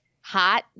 hot